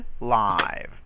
live